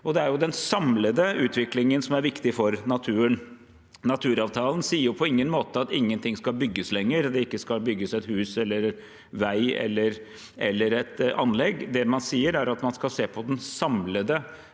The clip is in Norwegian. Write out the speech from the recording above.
Det er den samlede utviklingen som er viktig for naturen. Naturavtalen sier på ingen måte at ingenting skal bygges lenger, at det ikke skal bygges et hus, en vei eller et anlegg. Det man sier, er at man skal se på den samlede